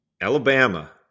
Alabama